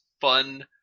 fun